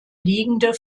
liegende